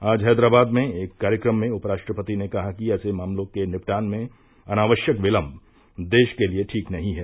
आज हैदराबाद में एक कार्यक्रम में उपराष्ट्रपति ने कहा कि ऐसे मामलों के निपटान में अनावश्यक विलंब देश के लिए ठीक नहीं है